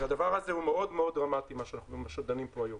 והדבר הזה מאוד דרמטי, מה שדנים פה היום.